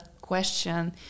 question